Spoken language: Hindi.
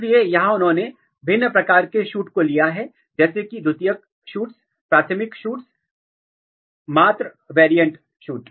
इसलिए यहां इन्होंने भिन्न प्रकार के सूट को लिया है जैसे कि द्वितीयक सूट्स प्राथमिक सूट्स मात्र वेरिएंट सूट